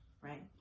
right